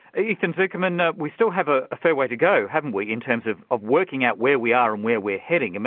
ethan zuckerman, ah we still have a fair way to go, haven't we, in terms of of working out where we are and where we are heading.